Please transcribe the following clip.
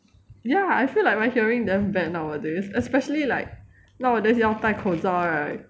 ya I feel like my hearing damn bad nowadays especially like nowadays 要戴口罩 right